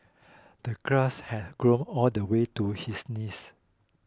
the grass had grown all the way to his knees